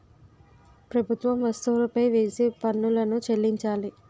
ప్రభుత్వం వస్తువులపై వేసే పన్నులను చెల్లించాలి